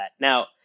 Now